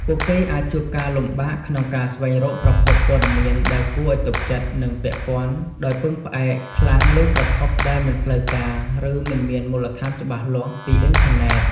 ពួកគេអាចជួបការលំបាកក្នុងការស្វែងរកប្រភពព័ត៌មានដែលគួរឱ្យទុកចិត្ត និងពាក់ព័ន្ធ ដោយពឹងផ្អែកខ្លាំងលើប្រភពដែលមិនផ្លូវការ ឬមិនមានមូលដ្ឋានច្បាស់លាស់ពីអុីនធឺណេត។